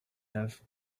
have